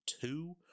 two